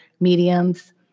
mediums